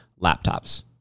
laptops